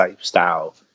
style